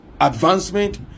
advancement